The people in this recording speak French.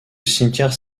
cimetière